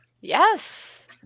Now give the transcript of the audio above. Yes